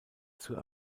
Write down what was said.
zur